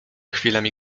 chwilami